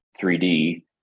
3d